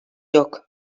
yok